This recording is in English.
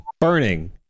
Burning